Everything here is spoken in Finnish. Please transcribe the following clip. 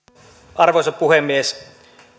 arvoisa puhemies